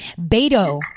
Beto